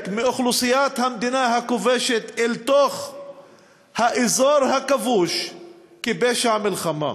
מאוכלוסיית המדינה הכובשת אל תוך האזור הכבוש כפשע מלחמה.